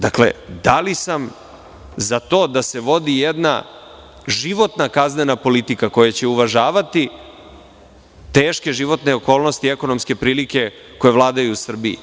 Dakle, da li sam za to da se vodi jedna životna kaznena politika koja će uvažavati teške životne okolnosti i ekonomske prilike koje vladaju u Srbiji?